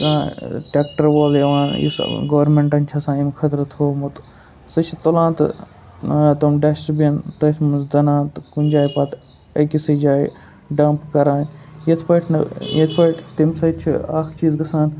کانٛہہ ٹرٛٮ۪کٹَر وول یِوان یُس گورمٮ۪نٛٹَن چھِ آسان امہِ خٲطرٕ تھوٚمُت سُہ چھِ تُلان تہٕ اَنان تم ڈٮ۪سٹٕبِن تٔتھۍ منٛز دٕنان تہٕ کُنہِ جایہِ پَتہٕ أکۍسٕے جایہِ ڈَمپ کَران یِتھ پٲٹھۍ نہٕ یِتھ پٲٹھۍ تمہِ سۭتۍ چھِ اَکھ چیٖز گژھان